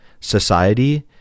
Society